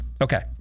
Okay